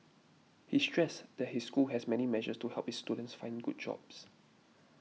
he stressed that his school has many measures to help its students find good jobs